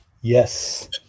Yes